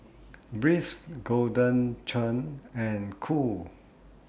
Breeze Golden Churn and Qoo